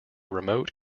remote